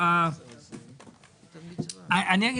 כשממנו יש